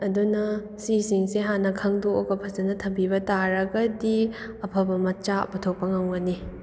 ꯑꯗꯨꯅ ꯁꯤꯁꯤꯡꯁꯦ ꯍꯥꯟꯅ ꯈꯪꯗꯣꯛꯑꯒ ꯐꯖꯅ ꯊꯝꯕꯤꯕ ꯇꯥꯔꯒꯗꯤ ꯑꯐꯕ ꯃꯆꯥ ꯄꯨꯊꯣꯛꯄ ꯉꯝꯒꯅꯤ